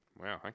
Wow